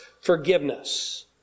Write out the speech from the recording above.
forgiveness